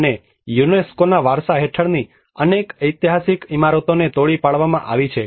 અને યુનેસ્કોના વારસા હેઠળની અનેક એતિહાસિક ઇમારતોને તોડી પાડવામાં આવી છે